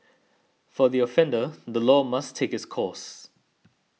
for the offender the law must take its course